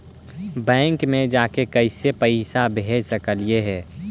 Bank मे जाके कैसे पैसा भेज सकली हे?